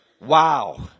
Wow